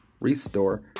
restore